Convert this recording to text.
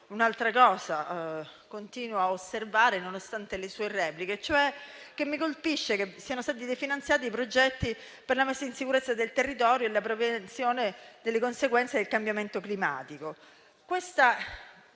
ministro Fitto, continuo a osservare, nonostante le sue repliche, e mi colpisce che siano stati definanziati progetti per la messa in sicurezza del territorio e la prevenzione delle conseguenze del cambiamento climatico.